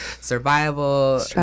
Survival